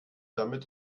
damit